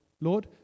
Lord